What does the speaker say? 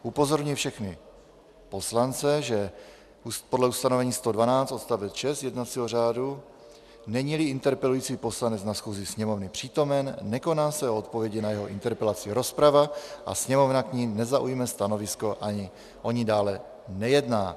Upozorňuji všechny poslance, že podle ustanovení 112, odst. 6 jednacího řádu neníli interpelující poslanec na schůzi Sněmovny přítomen, nekoná se o odpovědi na jeho interpelaci rozprava a Sněmovna k ní nezaujme stanovisko ani o ní dále nejedná.